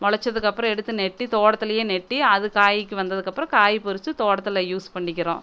முளச்சதுக்கு அப்புறம் எடுத்து நெட்டி தோட்டத்திலையே நெட்டி அது காய்க்கு வந்ததுக்கு அப்புறம் காய் பறித்து தோட்டத்தில் யூஸ் பண்ணிக்கிறோம்